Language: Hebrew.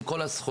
עם כל הזכויות,